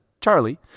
Charlie